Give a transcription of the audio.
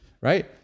right